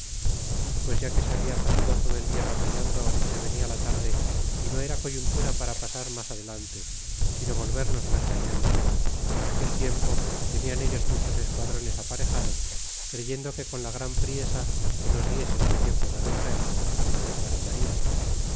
pues ya que se habla pasado todo el dia batallando y se venia la tarde y no era coyuntura para pasar mas adelante sino volvernos retrayendo en aquel tiempo tenian ellos muchos esquadrones aparejados creyendo que con la gran priesa que nos diesen al tiempo del retraer nos desbaratarian